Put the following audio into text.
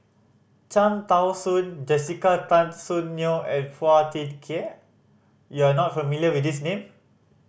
Cham Tao Soon Jessica Tan Soon Neo and Phua Thin Kiay you are not familiar with these name